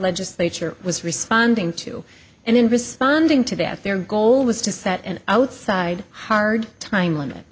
legislature was responding to and in responding to that their goal was to set an outside hard time limit